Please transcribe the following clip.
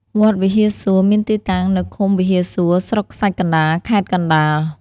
វត្តវិហារសួរ មានទីតាំងនៅឃុំវិហារសួរ ស្រុកខ្សាច់កណ្ដាល ខេត្តកណ្ដាល។